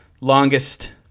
longest